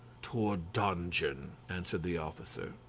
to a dungeon, answered the officer.